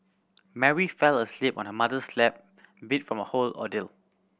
Mary fell asleep on her mother's lap beat from the whole ordeal